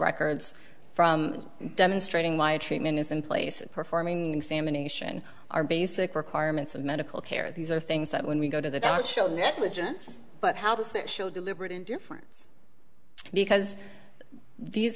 records from demonstrating why a treatment is in place and performing examination are basic requirements of medical care these are things that when we go to the don't show negligence but how does that show deliberate indifference because these